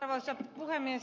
arvoisa puhemies